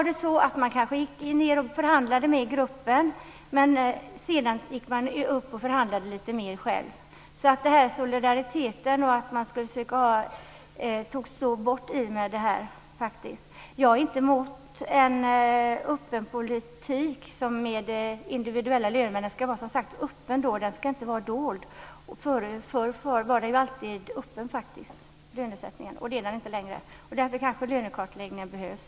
Då gick man kanske ned och förhandlade med gruppen, men sedan gick man upp och förhandlade lite mer själv. Solidariteten togs faktiskt bort i och med den individuella lönesättningen. Jag är inte emot en öppen politik. De individuella lönerna ska som sagt vara öppna, inte dolda. Förr var lönesättningen alltid öppen. Det är den inte längre, därför kanske lönekartläggningen behövs.